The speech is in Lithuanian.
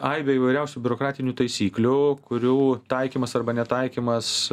aibę įvairiausių biurokratinių taisyklių kurių taikymas arba netaikymas